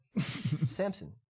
Samson